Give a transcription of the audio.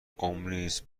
ﻋﻤﺮﯾﺴﺖ